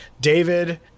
David